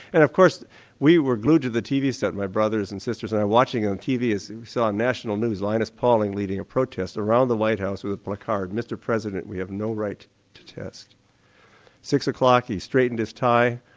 and of course we were glued to the tv set, my brothers and sisters and i, watching it on tv and saw on national news linus pauling leading a protest around the white house with a placard, mr president, we have no right to test. at six o'clock he straightened his tie,